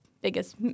biggest